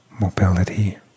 Mobility